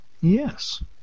Yes